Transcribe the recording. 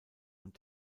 und